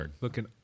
looking